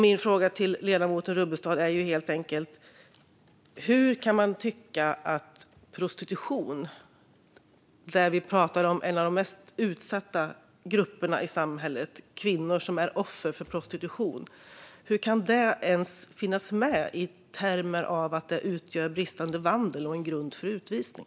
Min fråga till ledamoten Rubbestad är helt enkelt: Hur kan prostitution - som ju handlar om de mest utsatta grupperna i samhället, kvinnor som är offer för prostitution - ens finnas med i termer av att det utgör bristande vandel och en grund för utvisning?